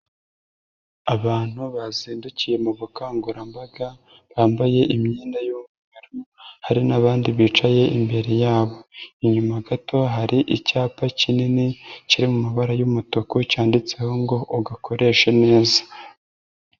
Abantu bazindukiye mu bukangurambaga, bambaye imyenda y'umweru, hari nabandi bicaye imbere yabo. Inyuma gato hari icyapa kinini kiri mu mabara y'umutuku cyanditseho ngo: "Ugakoreshe neza".